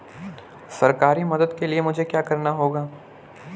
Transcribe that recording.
सरकारी मदद के लिए मुझे क्या करना होगा?